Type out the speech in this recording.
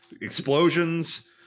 explosions